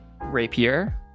rapier